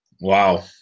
wow